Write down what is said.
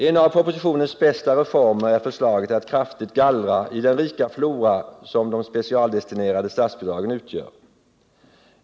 En av propositionens bästa reformer är förslaget att kraftigt gallra i den rika flora som de specialdestinerade statsbidragen utgör.